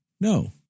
No